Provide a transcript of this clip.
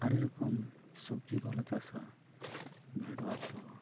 ᱟᱹᱰᱤ ᱨᱚᱠᱚᱢ ᱥᱚᱵᱽᱡᱤ ᱠᱚᱦᱚᱸ ᱞᱮ ᱪᱟᱥᱟ ᱵᱷᱮᱰᱣᱟ ᱠᱚ